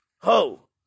ho